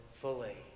fully